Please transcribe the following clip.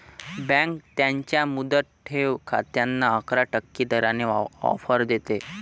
bank त्यांच्या मुदत ठेव खात्यांना अकरा टक्के दराने ऑफर देते